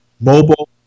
mobile